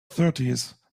thirties